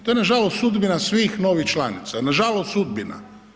To je nažalost sudbina svih novih članica, nažalost sudbina.